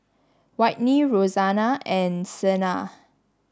Whitney Roseanna and Sena